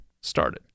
started